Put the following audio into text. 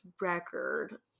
record